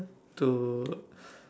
to